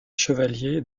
chevalier